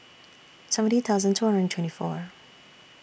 seventy thousand two hundred and twenty four